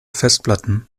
festplatten